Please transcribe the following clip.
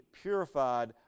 purified